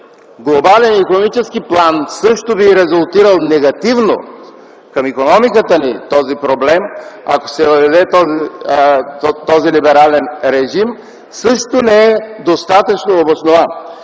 глобален икономически план този проблем би резултирал негативно към икономиката ни, ако се въведе този либерален режим, също не е достатъчно обоснован.